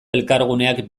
elkarguneak